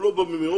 יטפלו בו במהירות.